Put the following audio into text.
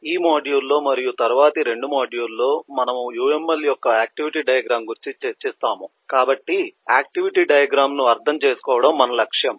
ఈ మాడ్యూల్లో మరియు తరువాతి 2 మాడ్యూల్లో మనము UML యొక్క ఆక్టివిటీ డయాగ్రమ్ గురించి చర్చిస్తాము కాబట్టి ఆక్టివిటీ డయాగ్రమ్ ను అర్థం చేసుకోవడం మన లక్ష్యం